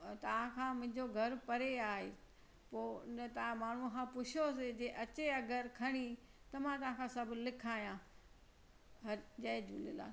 तव्हांखां मुंहिंजो घरु परे आहे पोइ उन तव्हां माण्हूअ खां पुछियोसि जे अचे अगरि खणी त मां तव्हाखां सभु लिखायां जय झूलेलाल